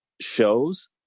shows